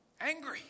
Angry